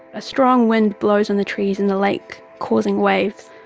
a strong wind blows on the trees and the lake, causing waves.